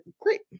Great